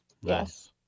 yes